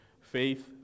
Faith